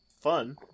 fun